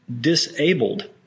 disabled